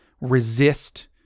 resist